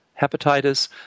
hepatitis